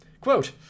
Quote